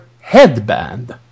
headband